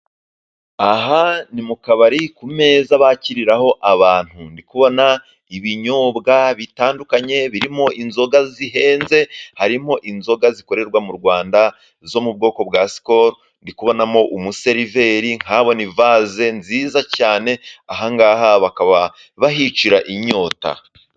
Aha ni mu kabari ku meza bakiriraho abantu. Ndi kubona ibinyobwa bitandukanye birimo inzoga zihenze. Harimo inzoga zikorerwa mu Rwanda zo mu bwoko bwa sikolo, ndi kubonamo umuseriveri, nkahabona ivaze nziza cyane. Aha ngaha bakaba bahicira inyota.